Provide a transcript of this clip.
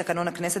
שני מתנגדים.